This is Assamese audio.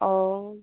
অঁ